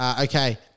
Okay